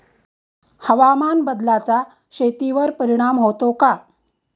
हवामान बदलाचा शेतीवर परिणाम होतो का?